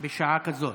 בשעה כזאת.